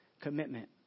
commitment